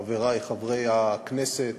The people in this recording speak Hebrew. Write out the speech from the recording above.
חברי חברי הכנסת,